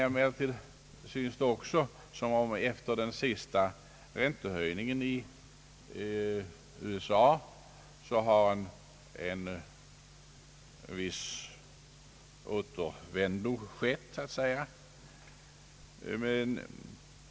Emellertid synes det som om efter den senaste räntehöjningen i USA ett återflöde skett, vilket kan antagas fortsätta.